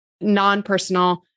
non-personal